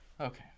Okay